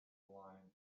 lion